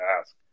ask